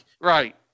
Right